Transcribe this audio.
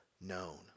known